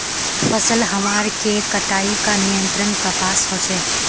फसल हमार के कटाई का नियंत्रण कपास होचे?